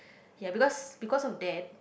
ya because because of that